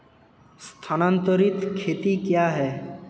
स्थानांतरित खेती क्या है?